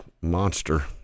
monster